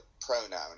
pronoun